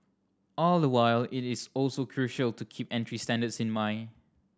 all the while it is also crucial to keep entry standards in mind